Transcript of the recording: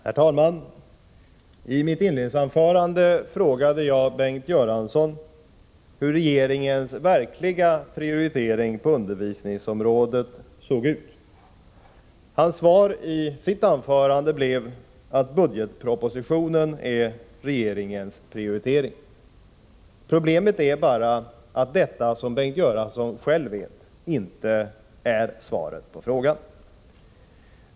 Herr talman! I mitt inledningsanförande frågade jag Bengt Göransson hur regeringens verkliga prioritering på undervisningsområdet såg ut. Det svar han gav i sitt anförande var att budgetpropositionen är regeringens prioritering. Problemet är bara att detta som Bengt Göransson själv vet inte är svaret på frågan.